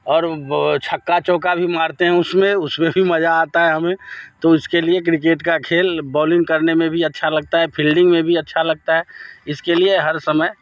और छक्का चौका भी मारते हैं उसमें उसमें भी मजा आता है हमें तो उसके लिए क्रिकेट का खेल बॉलिंग करने में भी अच्छा लगता है फील्डिंग में भी अच्छा लगता है इसके लिए हर समय